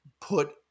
put